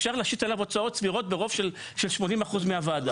אפשר להשית עליו הוצאות סבירות ברוב של 80% מהוועדה.